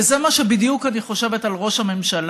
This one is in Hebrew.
וזה מה שבדיוק אני חושבת על ראש הממשלה.